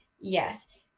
yes